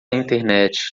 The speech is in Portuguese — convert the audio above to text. internet